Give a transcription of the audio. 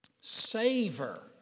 savor